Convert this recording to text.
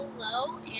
Hello